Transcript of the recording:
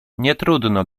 nietrudno